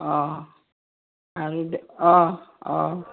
অঁ আৰু দে অঁ অঁ